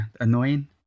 annoying